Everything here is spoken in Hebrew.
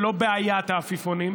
ולא בעיית העפיפונים,